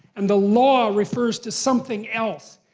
and the law refers to something else.